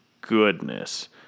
goodness